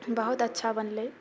बहुत अच्छा बनलै